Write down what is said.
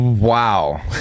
wow